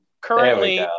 currently